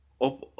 Up